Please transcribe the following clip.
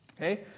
Okay